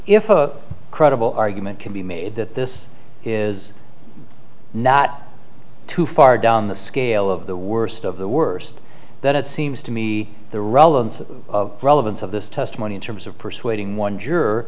if a credible argument can be made that this is not too far down the scale of the worst of the worst that it seems to me the relevance of relevance of this testimony in terms of persuading one juror